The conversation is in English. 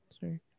Sorry